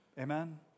Amen